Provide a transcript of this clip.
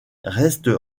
restent